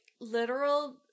literal